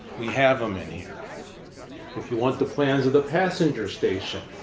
we have them in here if you want the plans of the passenger station,